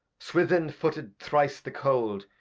swithin footed thrice the cold,